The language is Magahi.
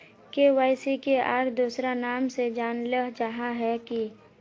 के.वाई.सी के आर दोसरा नाम से जानले जाहा है की?